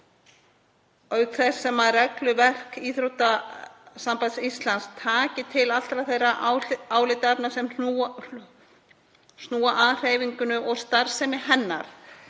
auk þess sem regluverk Íþróttasambands Íslands tæki til allra þeirra álitaefna sem snúa að hreyfingunni og starfsemi hennar.